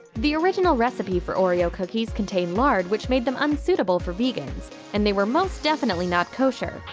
the original recipe for oreo cookies contained lard which made them unsuitable for vegans and they were most definitely not kosher.